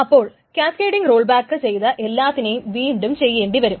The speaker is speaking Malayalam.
അപ്പോൾ ക്യാസ്കേഡിങ് റോൾബാക്ക് ചെയ്ത എല്ലാത്തിനെയും വീണ്ടും ചെയ്യേണ്ടിവരും